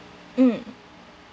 mm